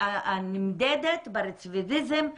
היא נמדדת ברצידיביזם,